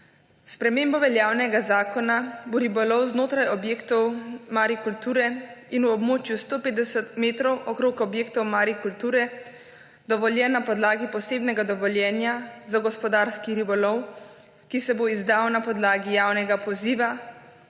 spremembo veljavnega zakona bo ribolov znotraj objektov marikulture in v območju 150 metrov okoli objektov marikulture dovoljen na podlagi posebnega dovoljenja za gospodarski ribolov, ki se bo izdal na podlagi javnega poziva,